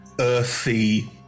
earthy